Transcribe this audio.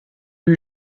eut